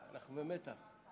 אנחנו במתח.